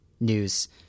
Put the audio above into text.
news